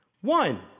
one